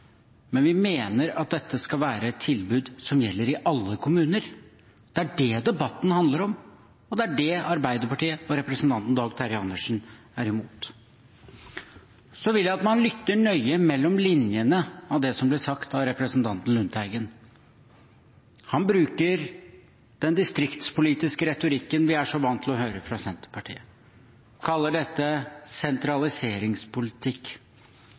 men vi mener at dette skal være et tilbud som gjelder i alle kommuner. Det er det debatten handler om, og det er det Arbeiderpartiet og representanten Dag Terje Andersen er imot. Så vil jeg at man lytter nøye – mellom linjene – til det som ble sagt av representanten Lundteigen. Han bruker den distriktspolitiske retorikken vi er så vant til å høre fra Senterpartiet, og kaller dette sentraliseringspolitikk.